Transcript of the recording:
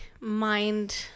mind